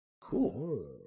Cool